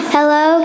Hello